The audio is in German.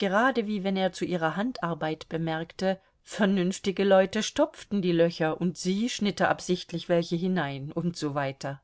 gerade wie wenn er zu ihrer handarbeit bemerkte vernünftige leute stopften die löcher und sie schnitte absichtlich welche hinein und so weiter